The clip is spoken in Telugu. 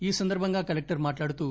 ఈ సందర్బంగా కలెక్టర్ మాట్లాడుతూ